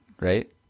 right